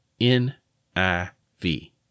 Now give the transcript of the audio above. N-I-V